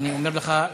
אני אומר לך,